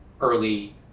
early